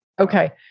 Okay